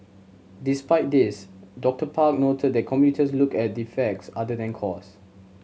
despite this Doctor Park noted that commuters look at the facts other than cost